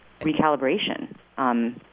recalibration